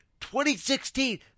2016